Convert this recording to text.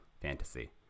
fantasy